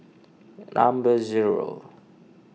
number zero